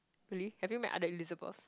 really have you met other Elizabeths